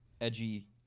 edgy